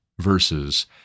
verses